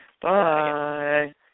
Bye